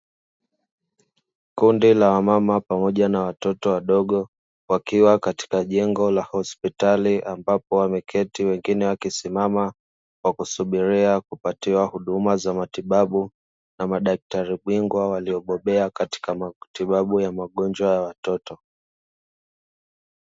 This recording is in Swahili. Kundi la wamama pamoja na watoto wadogo, wakiwa katika jengo la hospitali ambapo wameketi wengine wakisimama kwa kusubiria kupatiwa huduma za matibabu, na madaktari bingwa waliobobea katika matibabu ya magonjwa ya watoto.